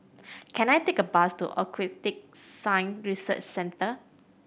can I take a bus to Aquatic Science Research Centre